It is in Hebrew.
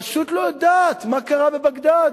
פשוט לא יודעת מה קרה בבגדד,